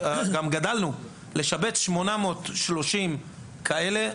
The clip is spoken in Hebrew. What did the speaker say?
לשבץ 835 כאלה,